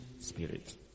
Spirit